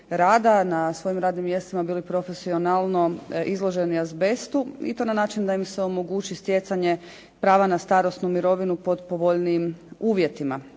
na svojim radnim mjestima bili profesionalno izloženi azbestu i to na način da im se omogući stjecanje prava na starosnu mirovinu pod povoljnijim uvjetima.